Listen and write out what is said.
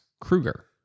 Kruger